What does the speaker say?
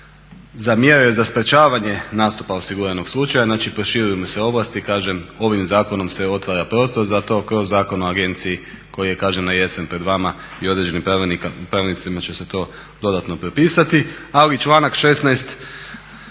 za mjere za sprječavanje nastupa osiguranog slučaja. Znači proširuju mu se ovlasti. Kažem, ovim zakonom se otvara prostor za to kroz Zakon o Agenciji koji je najesen pred vama i određenim pravilnicima će se to dodatno propisati. Ali članak 16.